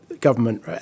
government